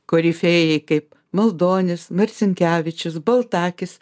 korifėjai kaip maldonis marcinkevičius baltakis